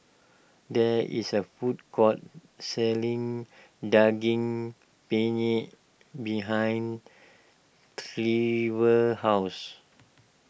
there is a food court selling Daging Penyet behind Trever's house